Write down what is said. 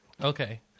Okay